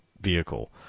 vehicle